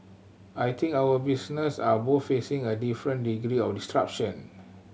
I think our business are both facing a different degree of disruption